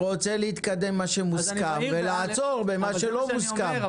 רוצה להתקדם במה שמוסכם ולעצור במה שלא מוסכם.